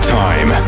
time